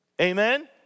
Amen